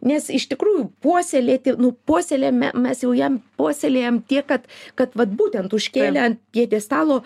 nes iš tikrųjų puoselėti nu puoselėjame mes jau jam puoselėjam tiek kad kad vat būtent užkėlę ant pjedestalo